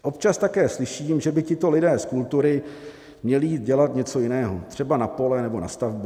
Občas také slyším, že by tito lidé z kultury měli jít dělat něco jiného, třeba na pole nebo na stavbu.